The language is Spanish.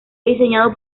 diseñado